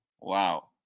Wow